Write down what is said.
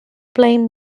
blamed